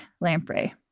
lamprey